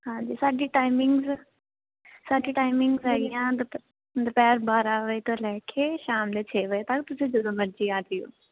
ਹਾਂਜੀ ਸਾਡੀ ਟਾਈਮਿੰਗ ਸਾਡੀ ਟਾਈਮਿੰਗ ਹੈਗੀਆਂ ਦੁਪ ਦੁਪਹਿਰ ਬਾਰਾਂ ਵਜੇ ਤੋਂ ਲੈ ਕੇ ਸ਼ਾਮ ਦੇ ਛੇ ਵਜੇ ਤੱਕ ਤੁਸੀਂ ਜਦੋਂ ਮਰਜੀ ਆਜਿਓ